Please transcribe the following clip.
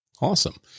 Awesome